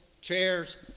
chairs